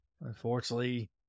Unfortunately